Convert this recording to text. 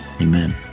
amen